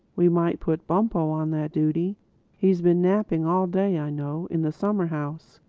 we might put bumpo on that duty he's been napping all day, i know in the summer-house.